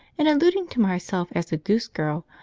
in alluding to myself as a goose girl,